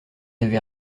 avait